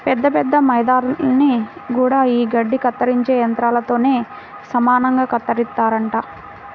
పెద్ద పెద్ద మైదానాల్ని గూడా యీ గడ్డి కత్తిరించే యంత్రాలతోనే సమానంగా కత్తిరిత్తారంట